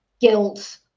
guilt